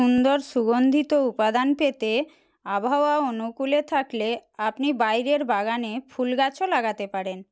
সুন্দর সুগন্ধিত উপাদান পেতে আবহাওয়া অনুকূলে থাকলে আপনি বাইরের বাগানে ফুলগাছও লাগাতে পারেন